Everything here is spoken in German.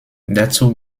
dazu